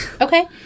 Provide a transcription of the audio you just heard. Okay